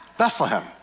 Bethlehem